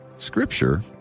scripture